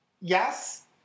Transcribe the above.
yes